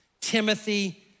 Timothy